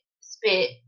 spit